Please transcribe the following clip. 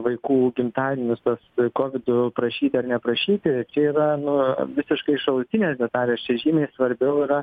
vaikų gimtadienius tos kovido prašyti ar neprašyti čia yra nu visiškai šalutinės detalės čia žymiai svarbiau yra